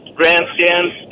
grandstands